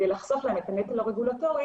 כדי לחסוך מהם את הנטל הרגולטורי,